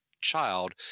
child